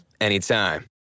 anytime